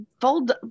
fold